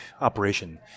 operation